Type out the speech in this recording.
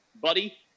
buddy